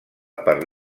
per